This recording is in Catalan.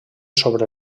sobre